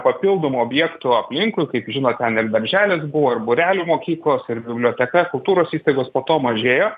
papildomų objektų aplinkui kaip žinot ten ir darželis buvo ir būrelių mokyklos ir biblioteka kultūros įstaigos po to mažėjo